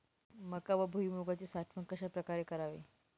मका व भुईमूगाची साठवण कशाप्रकारे करावी?